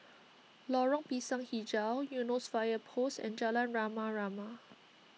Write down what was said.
Lorong Pisang HiJau Eunos Fire Post and Jalan Rama Rama